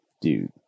Dude